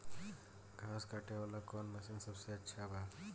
घास काटे वाला कौन मशीन सबसे अच्छा बा?